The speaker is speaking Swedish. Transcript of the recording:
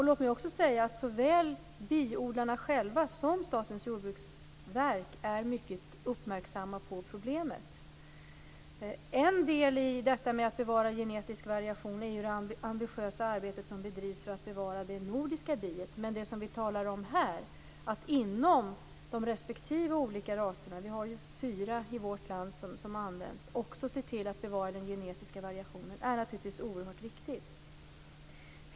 Låt mig också säga att såväl biodlarna som Statens jordbruksverk är mycket uppmärksamma på problemet. En del i att bevara genetisk variation är det ambitiösa arbetet som bedrivs för att bevara det nordiska biet. Men det som vi talar om här, att inom de respektive olika raserna - i Sverige har vi fyra som används - också se till att bevara den genetiska variationen, är naturligtvis oerhört viktigt.